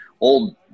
old